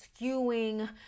skewing